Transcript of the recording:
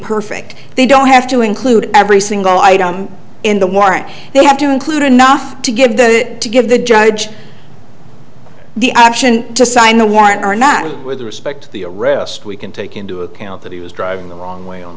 perfect they don't have to include every single item in the warrant they have to include enough to give that to give the judge the action to sign the warrant or not with respect to the arrest we can take into account that he was driving the wrong way on